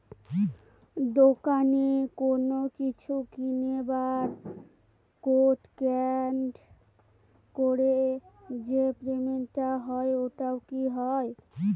দোকানে কোনো কিছু কিনে বার কোড স্ক্যান করে যে পেমেন্ট টা হয় ওইটাও কি হয়?